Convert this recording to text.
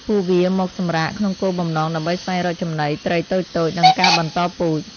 ពួកវាមកសម្រាក ក្នុងគោលបំណងដើម្បីស្វែងរកចំណី ត្រីតូចៗ និងការបន្តពូជ។